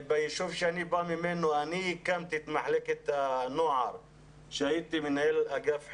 ביישוב שאני בא ממנו הקמתי את מחלקת הנוער כשהייתי מנהל אגף החינוך.